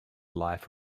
life